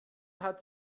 hat